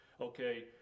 okay